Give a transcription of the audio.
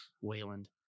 Wayland